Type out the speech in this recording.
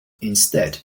instead